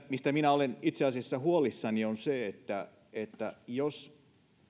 mistä minä olen itse asiassa huolissani on se jos